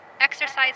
exercise